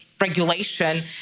Regulation